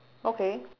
okay